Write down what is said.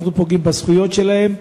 אנחנו פוגעים בזכויות שלהם.